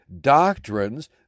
doctrines